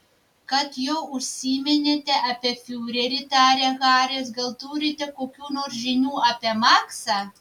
kad jau užsiminėte apie fiurerį tarė haris gal turite kokių nors žinių apie maksą